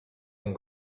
and